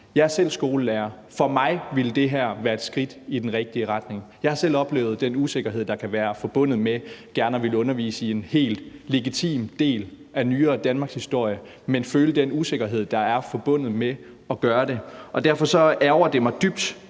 Jeg er selv skolelærer, og for mig ville det være et skridt i den rigtige retning. Jeg har selv oplevet den usikkerhed, der kan være forbundet med gerne at ville undervise i en helt legitim del af den nyere danmarkshistorie, altså følt den usikkerhed, der er forbundet med at gøre det. Og derfor ærgrer det mig dybt,